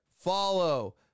follow